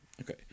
Okay